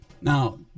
Now